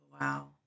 Wow